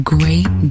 Great